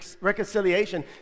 Reconciliation